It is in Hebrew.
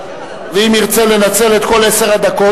ואם ירצה לנצל את כל עשר הדקות,